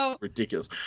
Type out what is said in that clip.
ridiculous